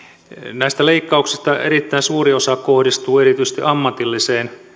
näistä leikkauksista erittäin suuri osa kohdistuu erityisesti ammatilliseen